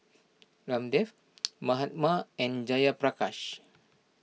Ramdev Mahatma and Jayaprakash